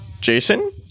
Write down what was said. Jason